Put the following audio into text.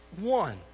one